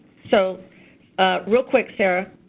so real quick sarah,